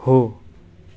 हो